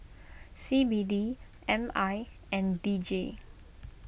C B D M I and D J